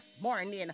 morning